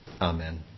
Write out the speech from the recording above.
Amen